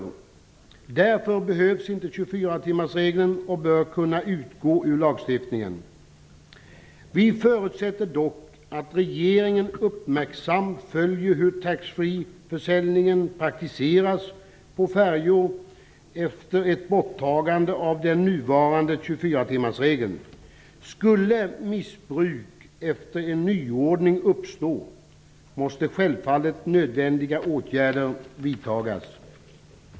Därför behövs inte 24-timmarsregeln, och den bör kunna utgå ur lagstiftningen. Vi förutsätter dock att regeringen uppmärksamt följer hur taxfreeförsäljningen praktiseras på färjor efter ett borttagande av den nuvarande 24 timmarsregeln. Skulle missbruk efter en nyordning uppstå måste självfallet nödvändiga åtgärder vidtas.